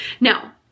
Now